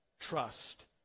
trust